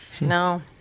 no